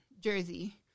jersey